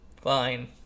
fine